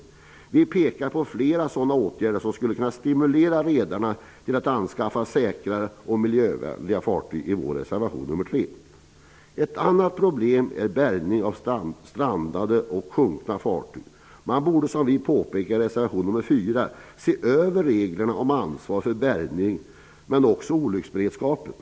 I vår reservation nr 3 pekar vi på flera åtgärder som skulle kunna stimulera redarna till att anskaffa säkrare och miljövänligare fartyg. Ett annat problem är bärgning av strandade och sjunkna fartyg. Man borde, som vi påpekar i reservation nr 4, se över reglerna om ansvar för bärgning men också olycksberedskapen.